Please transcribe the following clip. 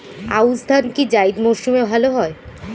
আউশ ধান কি জায়িদ মরসুমে ভালো হয়?